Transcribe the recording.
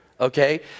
okay